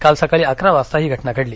काल सकाळी अकरा वाजता ही घटना घडली